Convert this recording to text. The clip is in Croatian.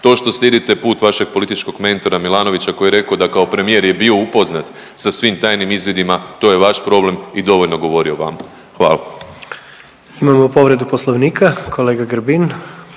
To što slijedite put vašeg političkog mentora Milanovića koji je rekao da kao premijer je bio upoznat sa svim tajnim izvidima to je vaš problem i dovoljno govori o vama. Hvala. **Jandroković, Gordan